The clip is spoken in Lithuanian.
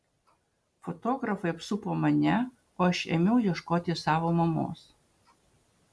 fotografai apsupo mane o aš ėmiau ieškoti savo mamos